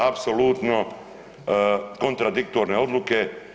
Apsolutno kontradiktorne odluke.